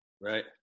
Right